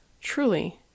Truly